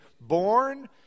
born